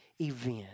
event